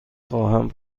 خواهم